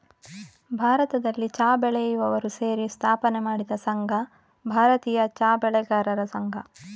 ಭಾರತದಲ್ಲಿ ಚಾ ಬೆಳೆಯುವವರು ಸೇರಿ ಸ್ಥಾಪನೆ ಮಾಡಿದ ಸಂಘ ಭಾರತೀಯ ಚಾ ಬೆಳೆಗಾರರ ಸಂಘ